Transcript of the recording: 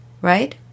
right